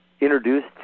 introduced